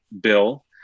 bill